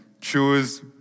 choose